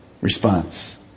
response